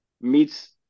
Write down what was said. meets